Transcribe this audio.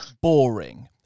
boring